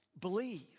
Believe